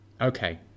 Okay